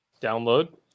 download